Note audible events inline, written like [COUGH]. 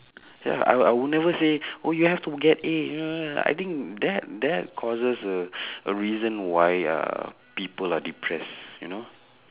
ya I would I would never say oh you have to get A [NOISE] I think that that causes the [NOISE] the reason why uh people are depressed you know